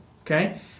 okay